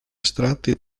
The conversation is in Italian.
estratti